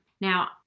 Now